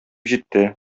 җитте